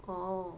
orh